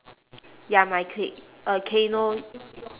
ya my clique uh kayno